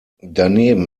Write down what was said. daneben